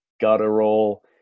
guttural